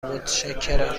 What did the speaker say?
متشکرم